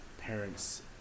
parents